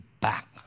back